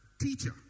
Teacher